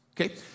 okay